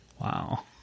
Wow